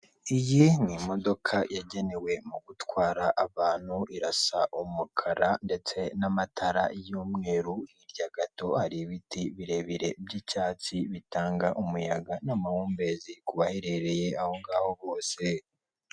Iyi ni imodoka yagenewe mu gutwara abantu irasa umukara ndetse n'amatara y'umweru, hirya gato hari ibiti birebire by'icyatsi bitanga umuyaga n'amahumbezi ku baherereye aho ngaho bose.